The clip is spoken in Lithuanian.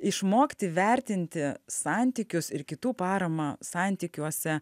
išmokti vertinti santykius ir kitų paramą santykiuose